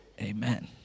Amen